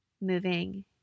moving